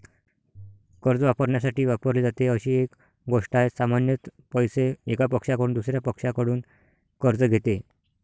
कर्ज वापरण्यासाठी वापरली जाते अशी एक गोष्ट आहे, सामान्यत पैसे, एका पक्षाकडून दुसर्या पक्षाकडून कर्ज घेते